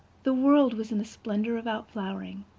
the world was in a splendor of out-flowering.